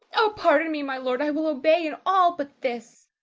oh, pardon me, my lord i will obey in all but this.